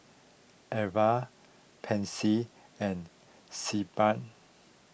Pansy and Sebamed